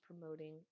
promoting